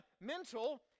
mental